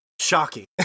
shocking